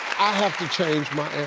i have to change my